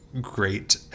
great